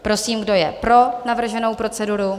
Prosím, kdo je pro navrženou proceduru?